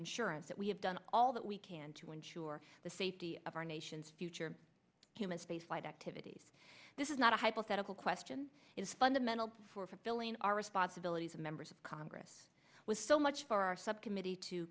insurance that we have done all that we can to ensure the safety of our nation's future human spaceflight activities this is not a hypothetical question is fundamental for fulfilling our responsibilities and members of congress with so much for our subcommittee to